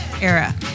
era